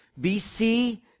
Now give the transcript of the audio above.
BC